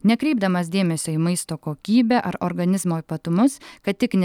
nekreipdamas dėmesio į maisto kokybę ar organizmo ypatumus kad tik ne